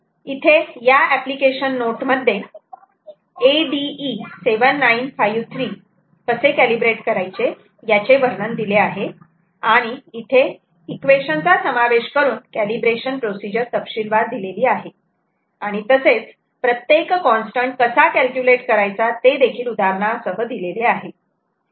इथे या application note मध्ये ADE7953 कसे कॅलीब्रेट करायचे याचे वर्णन दिले आहे आणि इथे इक्वेशन चा समावेश करून कॅलिब्रेशन प्रोसिजर तपशीलवार दिलेली आहे आणि तसेच प्रत्येक कॉन्स्टंट कसा कॅल्क्युलेट करायचा ते देखील उदाहरणासह दिलेले आहे